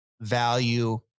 value